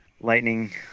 lightning